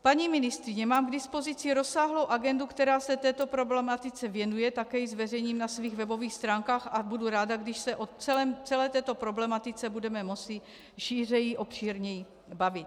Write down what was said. Paní ministryně, mám k dispozici rozsáhlou agendu, která se této problematice věnuje, také ji zveřejním na svých webových stránkách a budu ráda, když se o celé této problematice budeme moci šířeji, obšírněji bavit.